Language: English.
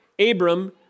Abram